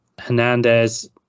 Hernandez